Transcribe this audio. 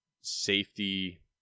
safety